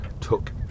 took